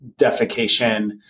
defecation